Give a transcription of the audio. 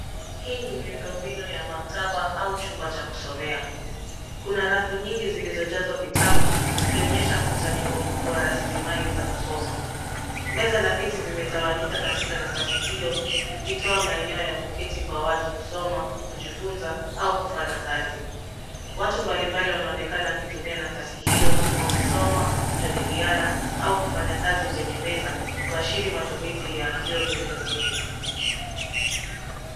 Hii ni miundombinu ya maktaba au chumba cha kusomea. Kuna rafu nyingi zilizojazwa vitabu zikionyesha mkusanyiko mkubwa wa rasilimali za kusoma. Meza na viti vimetawanyika katika nafasi hiyo vikitoa maeneo ya watu kuketi na kusoma, kujifunza au kufanya kazi. Watu mbalimbali wanaonekana wakitumia nafasi hiyo wakisoma, kujadiliana au kufanya kazi kwenye meza kuashiri matumizi ya hiyo miundombinu.